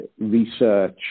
research